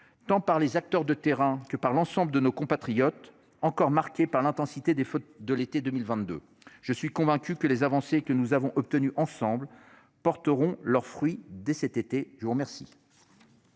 tant par les acteurs de terrain que par l'ensemble de nos compatriotes encore marqué par l'intensité des feux de l'été 2022. Je suis convaincu que les avancées que nous avons obtenu ensemble porteront leurs fruits dès cet été, je vous remercie.